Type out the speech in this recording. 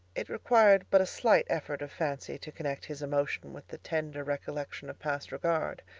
it required but a slight effort of fancy to connect his emotion with the tender recollection of past regard.